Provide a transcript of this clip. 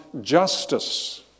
justice